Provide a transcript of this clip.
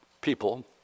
people